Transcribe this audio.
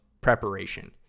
preparation